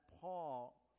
paul